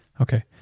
Okay